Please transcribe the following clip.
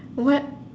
what